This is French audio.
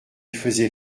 faisait